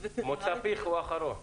מוצא פיך הוא האחרון.